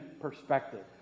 perspective